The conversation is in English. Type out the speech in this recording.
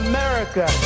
America